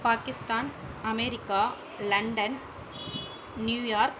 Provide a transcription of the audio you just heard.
Pakistan America London New York